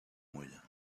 moyens